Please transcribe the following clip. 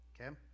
okay